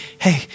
hey